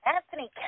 Anthony